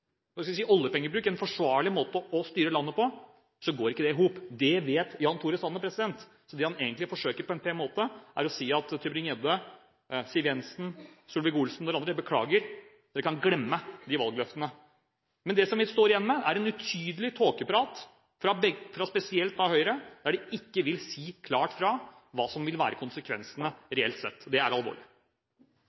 går ikke det i hop. Det vet Jan Tore Sanner. Så det han egentlig forsøker å si på en pen måte, til Tybring-Gjedde, Siv Jensen, Solvik-Olsen, er: Beklager, dere kan glemme de valgløftene. Men det vi står igjen med, er utydelig tåkeprat fra spesielt Høyre; de vil ikke si klart fra hva som vil være konsekvensene reelt sett. Og det er alvorlig.